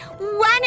One